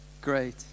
great